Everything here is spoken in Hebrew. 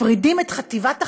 מפרידים את חטיבת החדשות,